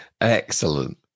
Excellent